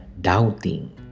doubting